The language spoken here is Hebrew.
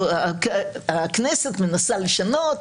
ראינו שהכנסת מנסה לשנות,